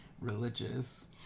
religious